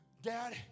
Dad